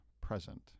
present